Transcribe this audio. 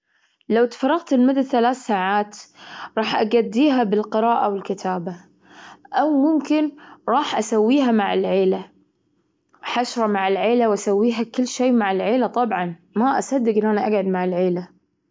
إيه، طبعا، سودوكو أحب ألعبها لما أكون بمفردي، أو الكلمات المتقطعة. عموما، أحب ألعبها بعد، أو ألعب لعبة النشابة، أنشب، أرمي، أسدد الهدف.